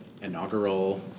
inaugural